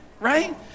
right